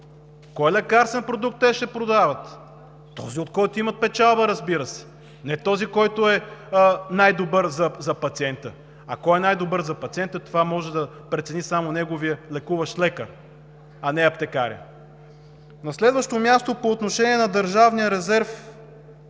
Кой лекарствен продукт те ще продават? Този от който има печалба, разбира се, не този, който е най-добър за пациента. Кой е най-добър за пациента – това може да прецени само неговият лекуващ лекар, а не аптекарят. На следващо място, по отношение на Държавния резерв,